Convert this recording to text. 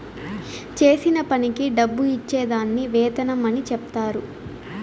చేసిన పనికి డబ్బు ఇచ్చే దాన్ని వేతనం అని చెప్తారు